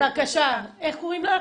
בבקשה, איך קוראים לך?